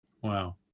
Wow